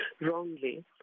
wrongly